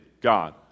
God